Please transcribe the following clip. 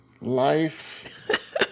life